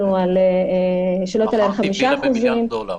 שיתנו את האופציה לבית המשפט שיהיה עוד מסלול.